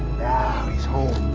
now he's home.